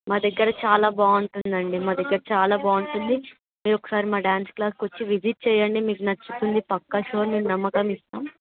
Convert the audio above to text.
మా దగ్గర చాల బాగుంటుందండి మా దగ్గర చాలా బాగుంటుంది మీరొక్కసారి మా డ్యాన్స్ క్లాస్కొచ్చి విజిట్ చెయ్యండి మీకు నచ్చుతుంది పక్కా షూర్ మేం నమ్మకం ఇస్తాం